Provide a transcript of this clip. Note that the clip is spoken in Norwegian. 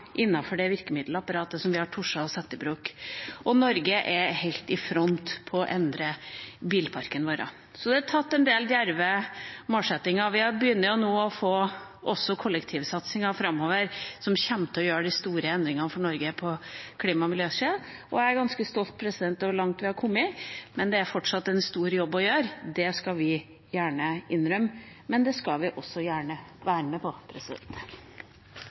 innenfor det virkemiddelapparatet som vi har tort å ta i bruk. Norge er også helt i front på å endre bilparken. Så man har satt seg en del djerve målsettinger. Vi begynner også nå framover å få en kollektivsatsing som kommer til å gjøre store endringer for Norge på klima- og miljøsiden. Jeg er ganske stolt over hvor langt vi er kommet, men det er fortsatt en stor jobb å gjøre. Det skal vi gjerne innrømme, men det skal vi også gjerne være med på.